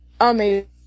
amazing